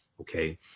Okay